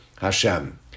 Hashem